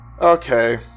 Okay